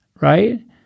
right